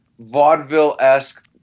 vaudeville-esque